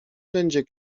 będzie